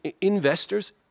investors